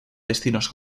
destinos